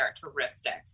characteristics